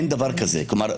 כלומר,